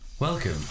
Welcome